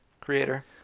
creator